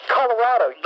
Colorado